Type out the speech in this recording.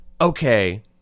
okay